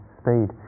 speed